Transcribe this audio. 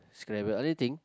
scrabble other thing